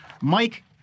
Mike